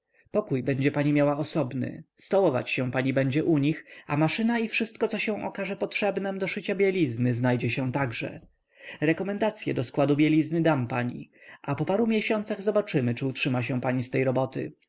pokój będzie pani miała osobny stołować się pani będzie u nich a maszyna i wszystko co się okaże potrzebnem do szycia bielizny znajdzie się także rekomendacye do składu bielizny dam pani a po paru miesiącach zobaczymy czy utrzyma się pani z tej roboty